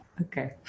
Okay